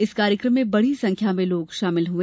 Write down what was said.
इस कार्यकम में बड़ी संख्या में लोग शामिल हुए